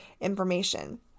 information